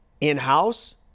in-house